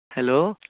hello